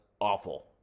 awful